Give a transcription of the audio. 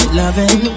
loving